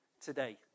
today